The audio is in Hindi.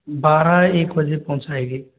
बारह एक बजे पहुँचाएगी